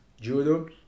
judo